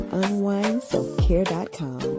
unwindselfcare.com